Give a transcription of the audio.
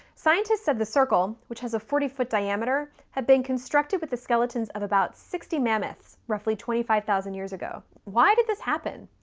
scientists said the circle, which has a forty foot diameter, had been constructed with the skeletons of about sixty mammoths roughly twenty five thousand years ago. why did this happen?